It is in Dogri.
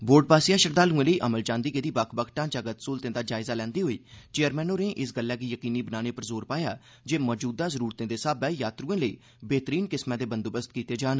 बोर्ड आसेआ श्रद्वाल्एं लेई अमल च आंदी गेदी बक्ख बक्ख ढांचागत स्हृलतें दा जायजा लैंदे होई चेयरमैन होरें इस गल्लै गी यकीनी बनाने पर जोर पाया जे मौजूदा जरूरतें दे स्हाबै यात्रिएं लेई बेह्तरीन किस्मै दे बंदोबस्त कीते जान